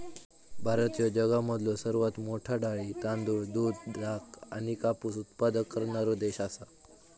भारत ह्यो जगामधलो सर्वात मोठा डाळी, तांदूळ, दूध, ताग आणि कापूस उत्पादक करणारो देश आसा